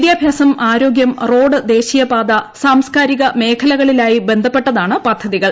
വിദ്യാഭ്യാസം ആരോഗ്യം റോഡ് ദേശീയപാത സാംസ്കാരിക മേഖലകളുമായി ബന്ധപ്പെട്ടതാണ് പദ്ധതികൾ